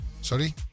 Sorry